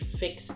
fix